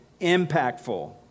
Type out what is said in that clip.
impactful